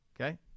Okay